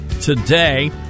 today